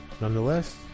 nonetheless